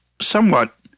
somewhat